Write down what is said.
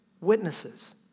witnesses